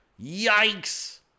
Yikes